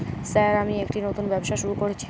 Sir আমি একটি নতুন ব্যবসা শুরু করেছি?